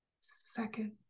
second